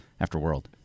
Afterworld